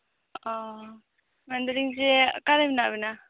ᱚᱻᱢᱮᱱ ᱫᱟᱞᱤᱝ ᱡᱮ ᱚᱠᱟᱨᱮ ᱢᱮᱱᱟᱜ ᱵᱮᱱᱟ